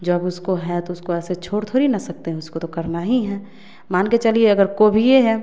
जब उसको हैं तो उसको ऐसे छोड़ थोड़ी ना सकते हैं उसको तो करना ही हैं मान के चलिए अगर कोभीए हैं